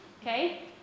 okay